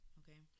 okay